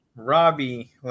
Robbie